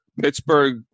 Pittsburgh